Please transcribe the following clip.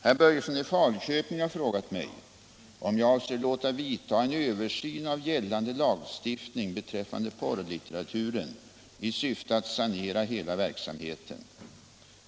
Herr Börjesson i Falköping har frågat mig om jag avser låta vidta en översyn av gällande lagstiftning beträffande porrlitteraturen i syfte att sanera hela verksamheten.